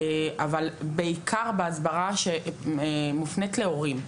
אבל בעיקר בהסברה שמופנית להורים.